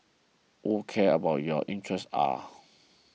who cares about your interests are